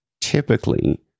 typically